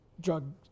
drug